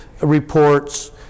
reports